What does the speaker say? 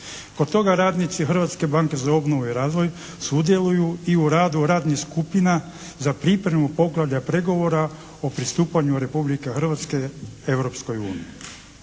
Kod toga radnici Hrvatske banke za obnovu i razvoj sudjeluju i u radu radnih skupina za pripremu poglavlja pregovora o pristupanju Republike Hrvatske